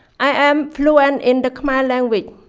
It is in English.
i am fluent in the khmer language.